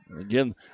Again